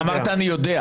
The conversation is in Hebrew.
אמרת שאתה יודע.